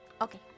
Okay